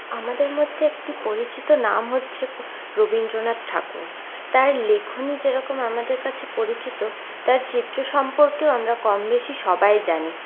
আমাদের মধ্যে একটি পরিচিত নাম হচ্ছে রবীন্দ্রনাথ ঠাকুর তার লেখনী যেরকম আমাদের কাছে পরিচিত তার চিত্র সম্পর্কেও আমরা কমবেশি সবাই জানি